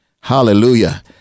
Hallelujah